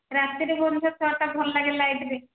ରାତିରେ ଭୁବନେଶ୍ୱର ସହର ଟା ଭଲ ଲାଗେ ଲାଇଟ ରେ